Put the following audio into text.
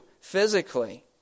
physically